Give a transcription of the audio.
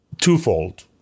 twofold